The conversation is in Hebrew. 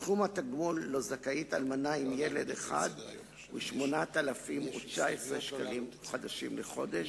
סכום התגמול שזכאית לו אלמנה עם ילד אחד הוא 8,019 שקלים חדשים לחודש,